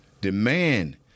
demand